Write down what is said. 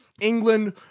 England